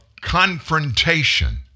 confrontation